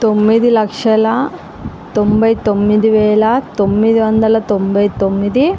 తొమ్మిది లక్షల తొంభై తొమ్మిది వేల తొమ్మిది వందల తొంభై తొమ్మిది